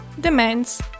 demands